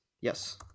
yes